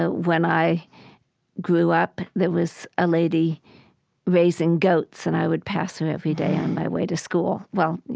ah when i grew up, there was a lady raising goats and i would pass her every day on my way to school. well, you